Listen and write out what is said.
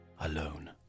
alone